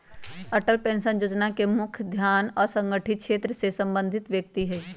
Atal pension जोजना के मुख्य ध्यान असंगठित क्षेत्र से संबंधित व्यक्ति हइ